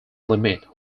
limit